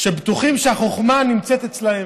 שבטוחים שהחוכמה נמצאת אצלם.